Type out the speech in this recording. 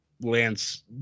Lance